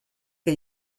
que